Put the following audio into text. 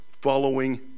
following